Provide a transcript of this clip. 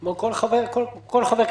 --- כמו כל חבר כנסת,